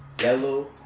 Yellow